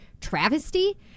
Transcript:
travesty